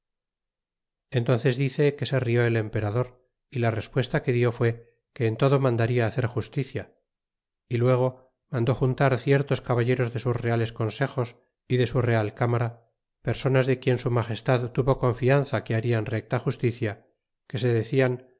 entnces dice que se rió el emperador y la respuesta que dió fué que en todo mandarla hacer justicia y luego mandó juntar ciertos caballeros de sus reales consejos y de su real cámara personas de quien su magestad tuvo confianza que harian recta justicia que se decian